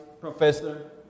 Professor